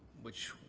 which.